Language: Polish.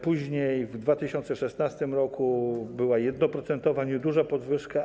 Później w 2016 r. była 1-procentowa, nieduża podwyżka.